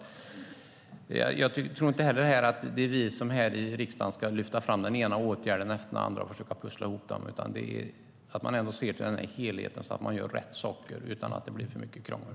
Jag tror inte att det är vi här i riksdagen som ska lyfta fram den ena åtgärden efter den andra och försöka pussla ihop dem, utan man ska se till helheten så att man gör rätt saker utan att det blir för mycket krångel.